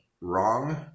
wrong